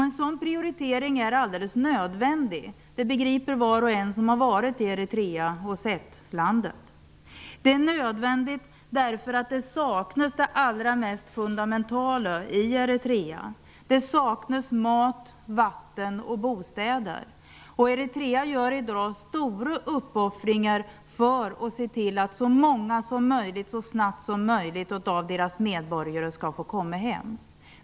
En sådan prioritering är alldeles nödvändig. Det begriper var och en som har varit i Eritrea och sett landet. Det är nödvändigt därför att det allra mest fundamentala saknas i Eritrea. Det saknas mat, vatten och bostäder. Eritrea gör i dag stora uppoffringar för att se till att så många som möjligt av deras medborgare så snabbt som möjligt skall få komma hem.